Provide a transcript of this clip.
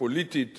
פוליטית